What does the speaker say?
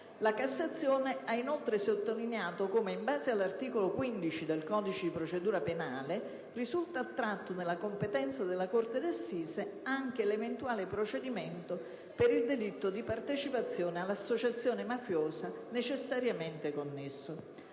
La Cassazione ha inoltre sottolineato come, in base all'articolo 15 del codice di procedura penale, risulta attratto nella competenza della corte d'assise anche l'eventuale procedimento per il delitto di partecipazione all'associazione mafiosa necessariamente connesso.